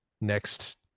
next